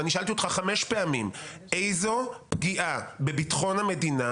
ושאלתי אותך חמש פעמים איזו פגיעה בביטחון המדינה